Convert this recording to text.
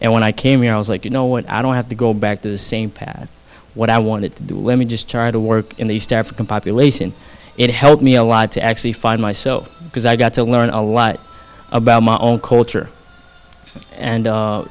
and when i came here i was like you know what i don't have to go back to the same path what i wanted to let me just try to work in the east african population it helped me a lot to actually find myself because i got to learn a lot about my own culture and